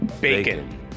Bacon